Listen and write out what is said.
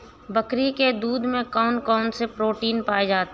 बकरी के दूध में कौन कौनसे प्रोटीन पाए जाते हैं?